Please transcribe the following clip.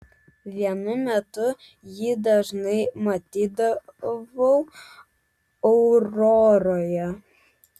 vienu metu jį dažnai matydavau auroroje